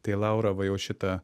tai laura va jau šitą